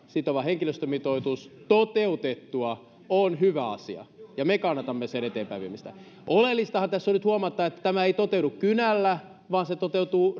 sitova henkilöstömitoitus toteutettua on hyvä asia ja me kannatamme sen eteenpäinviemistä oleellistahan tässä on nyt huomata että tämä ei toteudu kynällä vaan se toteutuu